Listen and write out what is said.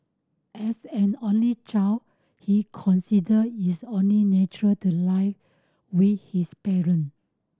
as an only child he consider is only natural to live with his parent